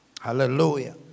Hallelujah